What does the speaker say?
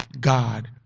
God